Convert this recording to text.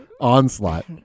onslaught